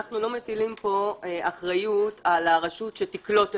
אנחנו לא מטילים פה אחריות על הרשות שתקלוט אליה.